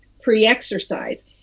pre-exercise